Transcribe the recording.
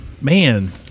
man